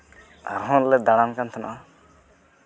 ᱟᱨᱦᱚᱸ ᱞᱮ ᱫᱟᱬᱟᱱ ᱠᱟᱱ ᱛᱟᱟᱦᱮᱱᱟ